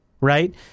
right